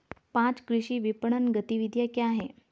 पाँच कृषि विपणन गतिविधियाँ क्या हैं?